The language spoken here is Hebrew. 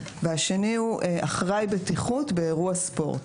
והשני הוא אחראי בטיחות באירוע ספורט.